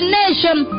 nation